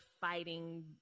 fighting